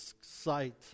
sight